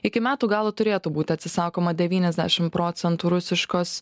iki metų galo turėtų būti atsisakoma devyniasdešimt procentų rusiškos